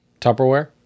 Tupperware